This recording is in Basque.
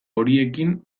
horirekin